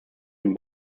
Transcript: dem